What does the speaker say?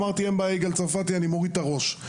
אמרתי: אין בעיה, יגאל צרפתי, אני מוריד את הראש.